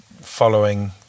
following